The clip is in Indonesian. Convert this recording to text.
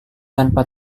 tanpa